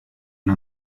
una